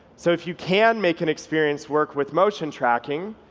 so if you can make an experience work with motion tracking,